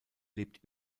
lebt